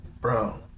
Bro